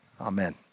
Amen